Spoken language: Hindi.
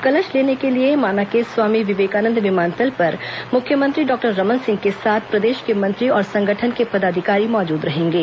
कलश लेने के लिए माना के स्वामी विवेकानंद विमानतल पर मुख्यमंत्री डॉक्टर रमन सिंह के साथ प्रदेश के मंत्री और संगठन के पदाधिकारी मौजूद रहेंगे